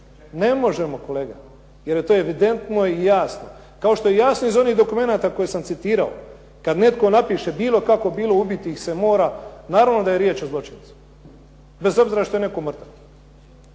Ne možemo kolega, jer je to evidentno i jasno. Kao što je jasno iz onih dokumenata koje sam citirao, kad netko napiše bilo kako bilo ubiti ih se mora, naravno da je riječ o zločincu, bez obzira što je netko mrtav.